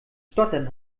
stottern